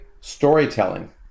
storytelling